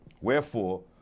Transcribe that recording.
Wherefore